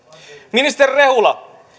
ministeri rehula